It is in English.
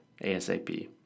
ASAP